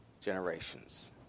generations